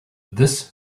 this